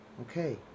Okay